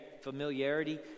familiarity